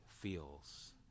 feels